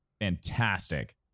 Fantastic